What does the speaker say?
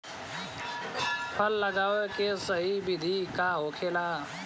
फल लगावे के सही विधि का होखेला?